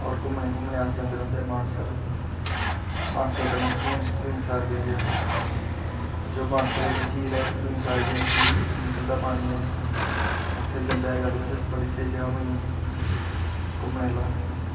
होर घूमने घूमने गी अस जंदे रौंह्दे मानसर मानसर कन्नै सुरिन सुरिनसर पेई गेआ जो मानसर दी झील ऐ सुरिन सर जाइयै निकली निकलदा पानी ऐ उत्थें बी जंदे अज्जकल उत्थें बड़ी स्हेई जगह् बड़ी गेदी घूमने आह्ला